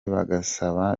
bagasabana